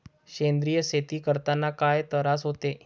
सेंद्रिय शेती करतांनी काय तरास होते?